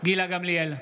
גילה גמליאל,